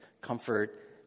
comfort